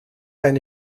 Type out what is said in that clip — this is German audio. eine